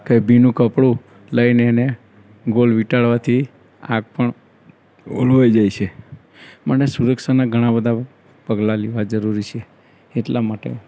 કે ભીનું કપળું લઈને એને ગોળ વિંટાળવાથી આગ પણહોલવાઈ જાય છે માટે સુરક્ષાનાં ઘણાં બધાં પગલાં લેવા જરૂરી છે એટલા માટે